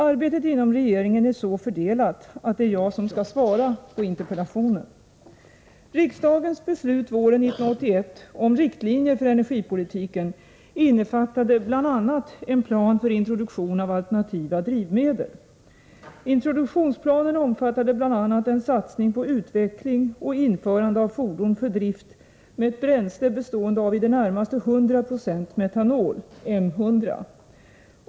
Arbetet inom regeringen är så fördelat att det är jag som skall svara på interpellationen. Riksdagens beslut våren 1981 om riktlinjer för energipolitiken innefattade bl.a. en plan för introduktion av alternativa drivmedel. Introduktionsplanen omfattade bl.a. en satsning på utveckling och införande av fordon för drift med ett bränsle bestående av i det närmaste 100 96 metanol .